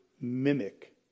mimic